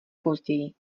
později